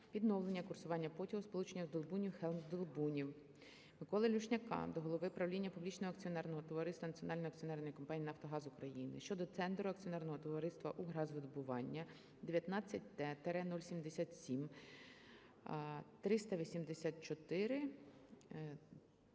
відновлення курсування потягу сполученням "Здолбунів-Хелм-Здолбунів". Миколи Люшняка до голови правління публічного акціонерного товариства Національної акціонерної компанії "Нафтогаз України" щодо тендеру Акціонерного товариства "Укргазвидобування" 19Т-077